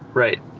right.